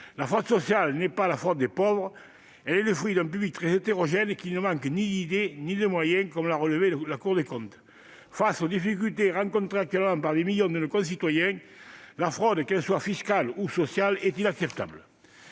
la fraude sociale n'est pas « la fraude des pauvres ». Elle est le fait d'un public très hétérogène qui ne manque ni d'idées ni de moyens, comme l'a relevé la Cour des comptes. Très bien ! Face aux difficultés rencontrées actuellement par des millions de nos concitoyens, la fraude, qu'elle soit fiscale ou sociale, est inacceptable.